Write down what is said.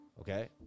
okay